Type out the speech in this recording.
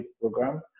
program